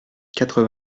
quatre